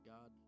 God